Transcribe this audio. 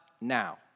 now